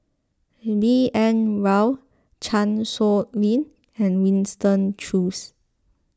B N Rao Chan Sow Lin and Winston Choos